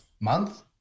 Month